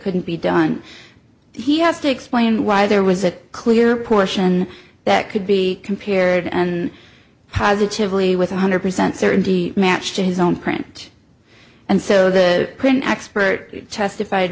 couldn't be done he has to explain why there was a clear portion that could be compared and positively with one hundred percent certainty matched in his own print and so the print expert testified